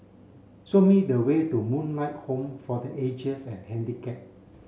show me the way to Moonlight Home for the Aged'sand Handicapped